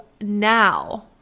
now